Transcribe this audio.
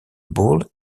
ball